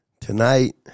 tonight